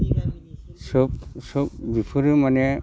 सोब सोब बेफोरो माने